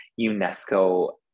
UNESCO